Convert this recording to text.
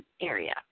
area